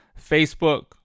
facebook